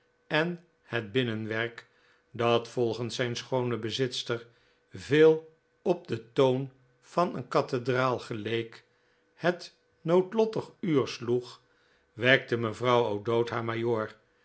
en het binnenwerk dat volgens zijn schoone bezitster veel op den toon van een kathedraal geleek het noodlottig uur sloeg wekte mevrouw o'dowd haar